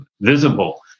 visible